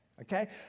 Okay